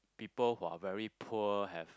people who are very poor have